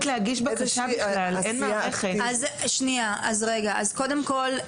קודם כל,